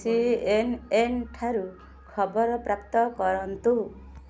ସିଏନ୍ଏନ୍ଠାରୁ ଖବର ପ୍ରାପ୍ତ କରନ୍ତୁ